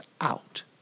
out